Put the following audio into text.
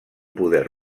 poder